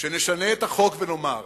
שנשנה את החוק ונאמר